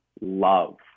love